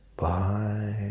Bye